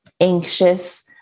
anxious